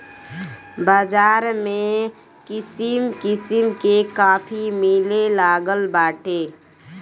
बाज़ार में किसिम किसिम के काफी मिलेलागल बाटे